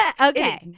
Okay